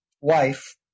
wife